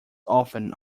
often